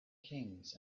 kings